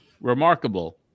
remarkable